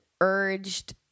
urged